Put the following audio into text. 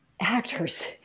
actors